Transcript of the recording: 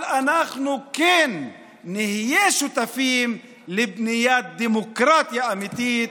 אבל אנחנו כן נהיה שותפים לבניית דמוקרטיה אמיתית,